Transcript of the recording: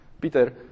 Peter